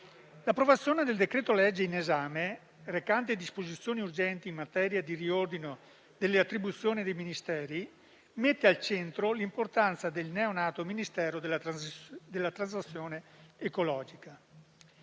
conversione del decreto-legge recante disposizioni urgenti in materia di riordino delle attribuzioni dei Ministeri, mette al centro l'importanza del neonato Ministero della transizione ecologica,